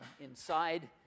inside